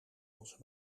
onze